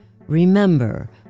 Remember